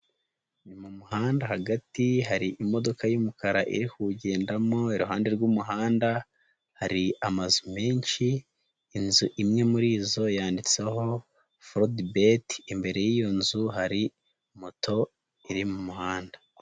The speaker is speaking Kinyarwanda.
Ni mu muhanda hagati, hari imodoka'umukara irihuwugendamo. Iruhande rw'umuhanda hari amazu menshi, inzu imwe muri zo yanditseho fodibeti. Imbere y'iyo nzu hari moto iri mu muhanda.